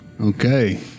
Okay